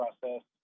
process